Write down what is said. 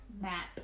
map